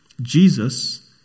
Jesus